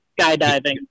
skydiving